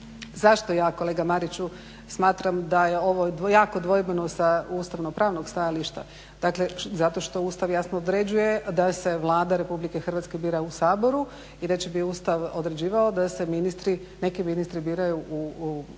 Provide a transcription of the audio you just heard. Zašto ja kolega Mariću smatram da je ovo jako dvojbeno sa ustavno-pravnog stajališta. Dakle, zato što Ustav jasno određuje da se Vlada Republike Hrvatske bira u Saboru. Inače bi Ustav određivao da se ministri, neki ministri biraju u odborima,